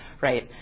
right